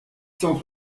cent